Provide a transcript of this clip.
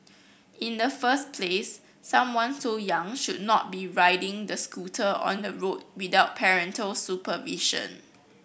in the first place someone so young should not be riding the scooter on the road without parental supervision